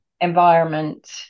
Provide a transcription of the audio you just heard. environment